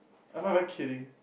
I'm not even kidding